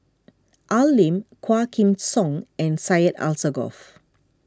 Al Lim Quah Kim Song and Syed Alsagoff